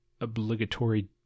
obligatory